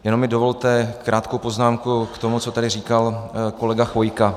Jenom mi dovolte krátkou poznámku k tomu, co tady říkal kolega Chvojka.